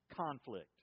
conflict